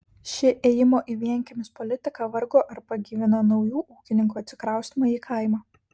ši ėjimo į vienkiemius politika vargu ar pagyvino naujų ūkininkų atsikraustymą į kaimą